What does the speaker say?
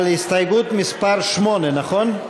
על הסתייגות מס' 8, נכון?